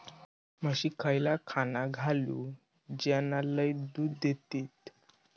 म्हशीक खयला खाणा घालू ज्याना लय दूध देतीत?